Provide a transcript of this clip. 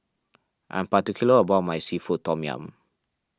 I am particular about my Seafood Tom Yum